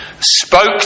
spoke